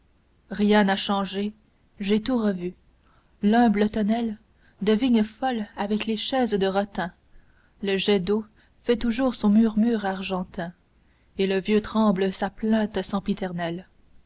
rien n'a changé j'ai tout revu l'humble tonnelle de vigne folle avec les chaises de rotin le jet d'eau fait toujours son murmure argentin et le vieux tremble sa plainte sempiternelle